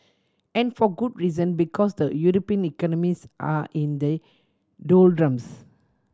and for good reason because the European economies are in the doldrums